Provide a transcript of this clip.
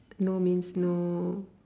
no means no